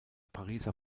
pariser